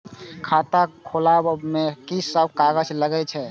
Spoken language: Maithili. खाता खोलाअब में की सब कागज लगे छै?